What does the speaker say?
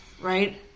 right